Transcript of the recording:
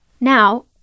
Now